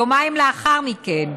יומיים לאחר מכן,